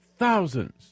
thousands